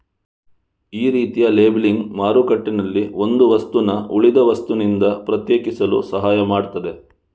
ಈ ರೀತಿಯ ಲೇಬಲಿಂಗ್ ಮಾರುಕಟ್ಟೆನಲ್ಲಿ ಒಂದು ವಸ್ತುನ ಉಳಿದ ವಸ್ತುನಿಂದ ಪ್ರತ್ಯೇಕಿಸಲು ಸಹಾಯ ಮಾಡ್ತದೆ